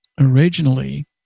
Originally